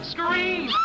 Scream